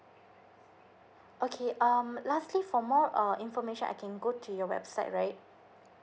okay um lastly for more uh information I can go to your website right